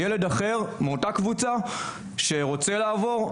ילד אחר מאותה קבוצה שרוצה לעבור,